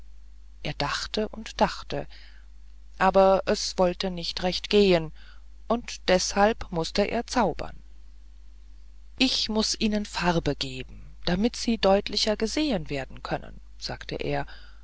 er dachte und dachte aber es wollte nicht recht gehen und deshalb mußte er zaubern ich muß ihnen farbe geben damit sie deutlicher gesehen werden können sagte er